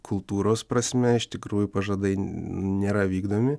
kultūros prasme iš tikrųjų pažadai nėra vykdomi